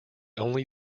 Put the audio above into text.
only